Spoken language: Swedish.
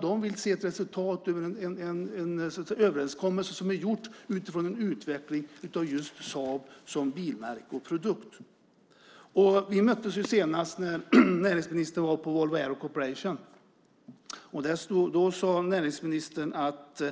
De vill se ett resultat av en överenskommelse som är gjord när det gäller utvecklingen av Saab som bilmärke och produkt. Vi möttes senast när näringsministern var på Volvo Aero Corporation. Då sade näringsministern att